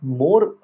more